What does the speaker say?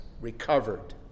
recovered